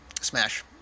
Smash